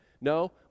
No